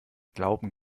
glauben